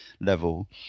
level